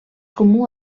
comú